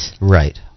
Right